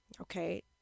Okay